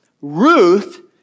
Ruth